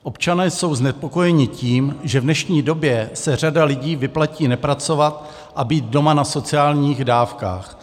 Občané jsou znepokojeni tím, že v dnešní době se řadě lidí vyplatí nepracovat a být doma na sociálních dávkách.